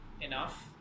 enough